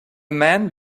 man